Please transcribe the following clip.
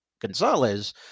Gonzalez